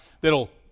that'll